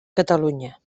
catalunya